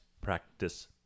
practice